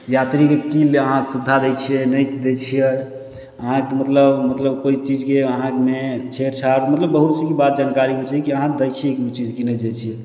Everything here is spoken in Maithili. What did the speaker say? यात्रीके की अहाँ सुबिधा दै छियै नहि दै छियै अहाँके मतलब मतलब कोइ चीजके अहाँमे छेड़छाड़ मतलब बहुत सी बात जानकारीके होइ छै कि अहाँ दै छियै कोनो चीज कि नहि दै छियै